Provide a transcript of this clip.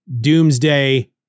Doomsday